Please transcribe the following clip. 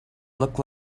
look